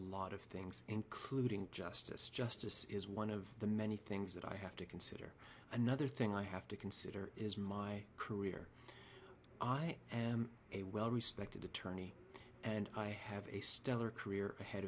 lot of things including justice justice is one of the many things that i have to consider another thing i have to consider is my career i am a well respected attorney and i have a stellar career ahead